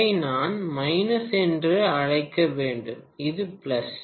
இதை நான் மைனஸ் என்றும் அழைக்க வேண்டும் இது பிளஸ்